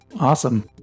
Awesome